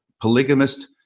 polygamist